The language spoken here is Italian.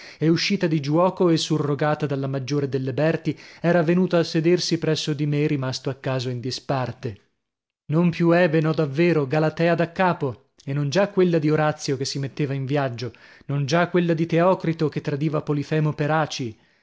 e uscita di giuoco e surrogata dalla maggiore delle berti era venuta a sedersi presso di me rimasto a caso in disparte non più ebe no davvero galatea da capo e non già quella di orazio che si metteva in viaggio non già quella di teocrito che tradiva polifemo per aci